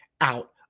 out